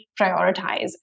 prioritize